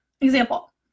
Example